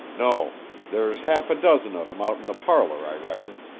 no there's half a dozen of em out in the parlor, i reckon.